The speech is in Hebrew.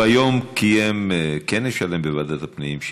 היום הוא קיים כנס שלם בוועדת הפנים,